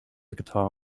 guitar